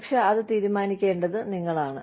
പക്ഷേ അത് തീരുമാനിക്കേണ്ടത് നിങ്ങളാണ്